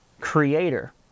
creator